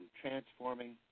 transforming